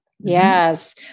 Yes